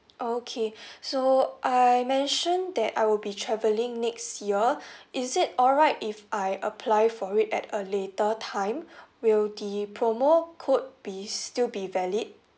okay so I mention that I will be travelling next year is it alright if I apply for it at a later time will the promo code be still be valid